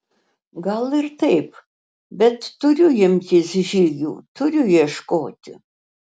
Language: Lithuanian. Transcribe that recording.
gal ir taip bet turiu imtis žygių turiu ieškoti